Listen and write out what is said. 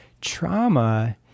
trauma